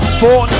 four